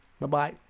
Bye-bye